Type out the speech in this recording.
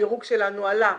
הדירוג שלנו עלה.